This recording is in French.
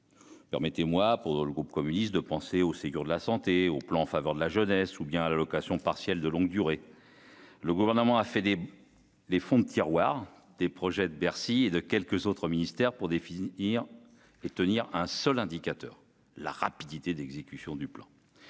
Permettez-moi pour le groupe communiste de penser au Ségur de la santé au plan en faveur de la jeunesse ou bien à la location partielle de longue durée, le gouvernement a fait des les fonds de tiroirs des projets de Bercy et de quelques autres ministères pour définir et tenir un seul indicateur : la rapidité d'exécution du plan